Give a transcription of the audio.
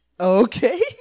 Okay